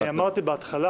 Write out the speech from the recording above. אני אמרתי בהתחלה.